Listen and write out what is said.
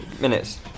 minutes